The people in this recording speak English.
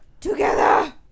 Together